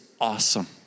awesome